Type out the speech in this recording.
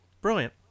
Brilliant